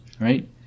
right